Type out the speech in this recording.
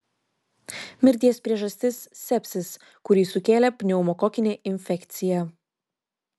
mirties priežastis sepsis kurį sukėlė pneumokokinė infekcija